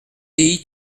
dei